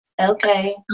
Okay